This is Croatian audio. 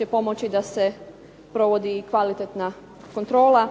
i pomoći će da se dobro provodi kvalitetna kontrola.